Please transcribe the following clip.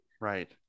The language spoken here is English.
right